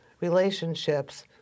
relationships